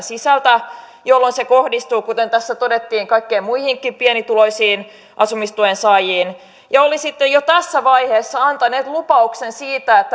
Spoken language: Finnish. sisältä jolloin se kohdistuu kuten tässä todettiin kaikkiin muihinkin pienituloisiin asumistuen saajiin ja olisitte jo tässä vaiheessa antaneet lupauksen siitä että